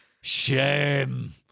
shame